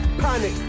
panic